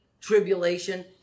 tribulation